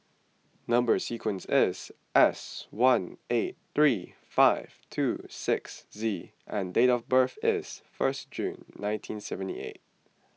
Number Sequence is S one eight three five two six Z and date of birth is first June nineteen seventy eight